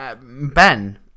Ben